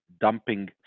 dumping